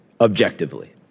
objectively